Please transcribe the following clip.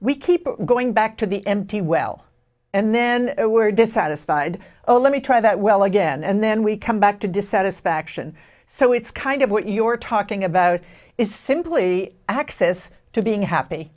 we keep going back to the empty well and then were dissatisfied oh let me try that well again and then we come back to dissatisfaction so it's kind of what you're talking about is simply access to being happy